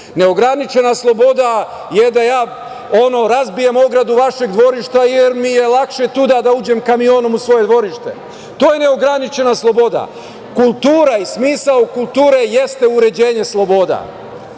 Neograničena sloboda je da ja razbijem ogradu vašeg dvorišta, jer mi je lakše tuda da uđem kamionom u svoje dvorište. To je neograničena sloboda. Kultura i smisao kulture jeste uređenje sloboda.